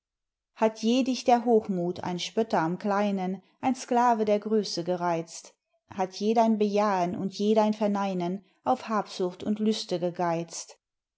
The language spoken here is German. hat je dich der hochmuth ein spötter am kleinen ein sklave der größe gereizt hat je dein bejahen und je dein verneinen auf habsucht und lüste gegeizt